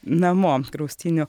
namo kraustynių